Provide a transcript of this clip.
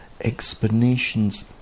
explanations